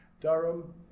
Durham